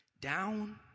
Down